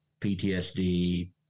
PTSD